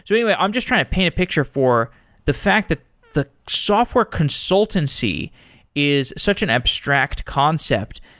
so anyway, i'm just trying to paint a picture for the fact that the software consultancy is such an abstract concept,